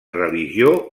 religió